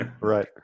right